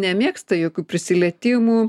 nemėgsta jokių prisilietimų